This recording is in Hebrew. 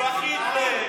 בוקר טוב, דודי.